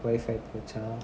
WIFI போச்சா:pochcha